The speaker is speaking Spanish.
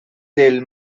del